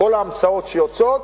מכל ההמצאות שיוצאות,